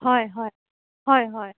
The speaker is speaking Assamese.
হয় হয় হয় হয়